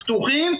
פתוחים,